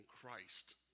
Christ